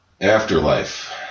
Afterlife